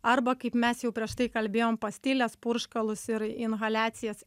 arba kaip mes jau prieš tai kalbėjom pastilės purškalus ir inhaliacijas